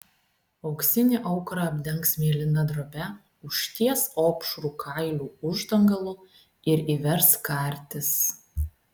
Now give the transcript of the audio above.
auksinį aukurą apdengs mėlyna drobe užties opšrų kailių uždangalu ir įvers kartis